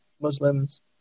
Muslims